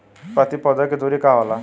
प्रति पौधे के दूरी का होला?